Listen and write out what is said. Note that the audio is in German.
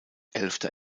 elfter